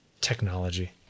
Technology